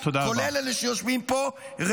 כולל אלה שיושבים פה.